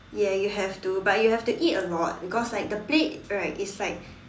ya you have to but you have to eat a lot because like the plate right it's like